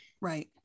right